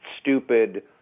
stupid